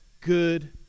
good